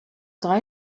drei